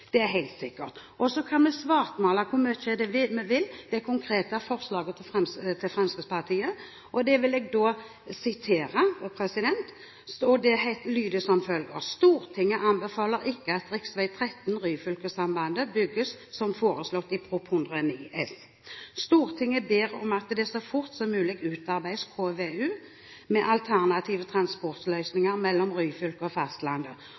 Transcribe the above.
Det er helt sikkert. Så kan vi svartmale så mye vi vil det konkrete forslaget til Fremskrittspartiet. Det vil jeg sitere, og det lyder som følger: «Stortinget anbefaler ikke at rv. 13 Ryfylkesambandet bygges som foreslått i Prop. 109 S . Stortinget ber om at det så fort som mulig utarbeides ny KVU med alternative transportløsninger mellom Ryfylke og